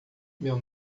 meu